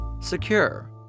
Secure